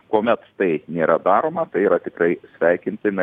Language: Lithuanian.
kuomet tai nėra daroma tai yra tikrai sveikintina